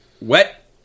Wet